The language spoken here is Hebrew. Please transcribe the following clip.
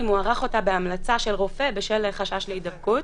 אם ערך אותה בהמלצה של רופא בשל חשש להידבקות.